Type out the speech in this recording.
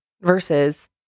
versus